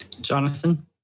Jonathan